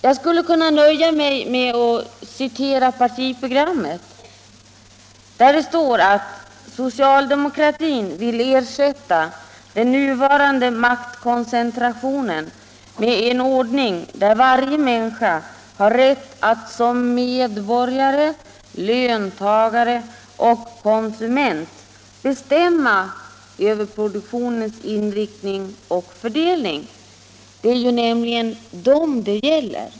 Jag skulle kunna nöja mig med att citera partiprogrammet där det står: ”socialdemokratin vill ersätta den nuvarande maktkoncentrationen med en ordning där varje människa har rätt att som medborgare, löntagare och konsument bestämma över produktionens inriktning och fördelning”. — Det är nämligen dessa grupper det gäller.